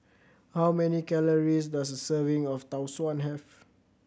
how many calories does a serving of Tau Suan have